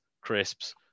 crisps